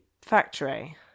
factory